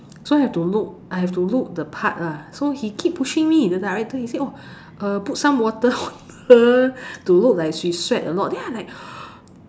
so have to look I have to look the part lah so he keep pushing me the director he say oh put some water on her to look like she sweat a lot then I like